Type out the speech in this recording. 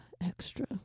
Extra